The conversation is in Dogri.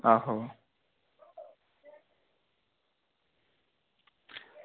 आहो